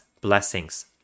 blessings